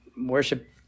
worship